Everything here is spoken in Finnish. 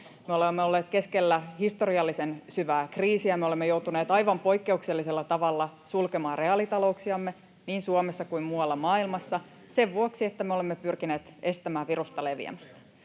olemme olleet keskellä historiallisen syvää kriisiä. Me olemme joutuneet aivan poikkeuksellisella tavalla sulkemaan reaalitalouksiamme niin Suomessa kuin muualla maailmassa sen vuoksi, että me olemme pyrkineet estämään virusta leviämästä.